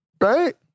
right